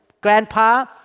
grandpa